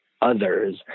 others